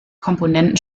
komponenten